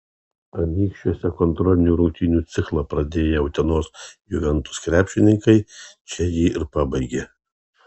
anykščiuose kontrolinių rungtynių ciklą pradėję utenos juventus krepšininkai čia jį ir pabaigė